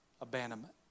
abandonment